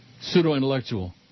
Pseudo-intellectual